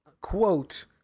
quote